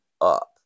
up